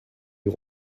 you